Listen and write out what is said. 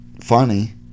funny